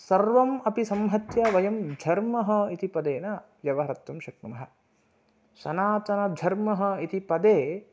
सर्वम् अपि संहत्य वयं धर्मः इति पदेन व्यवहर्तुं शक्नुमः सनातनधर्मः इति पदे